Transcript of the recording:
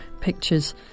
pictures